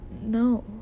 no